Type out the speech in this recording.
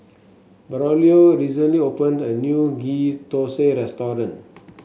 Braulio recently opened a new Ghee Thosai restaurant